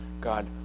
God